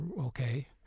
okay